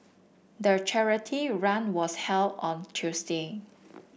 the charity run was held on Tuesday